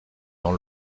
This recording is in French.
dans